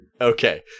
Okay